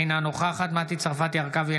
אינה נוכחת מטי צרפתי הרכבי,